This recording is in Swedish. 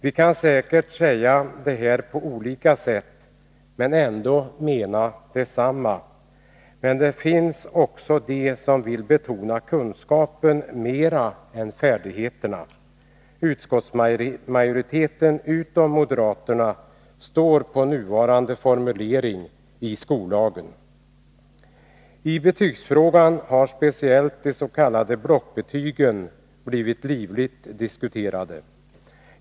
Vi kan säkert säga detta på olika sätt och ändå mena detsamma, men det finns också de som vill betona kunskapen mera än färdigheterna. Utskottsmajoriteten, i vilken moderaterna inte ingår, ställer sig bakom nuvarande formulering i skollagen. I betygsfrågan har speciellt de s.k. blockbetygen blivit livligt diskuterade.